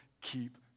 keep